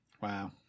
Wow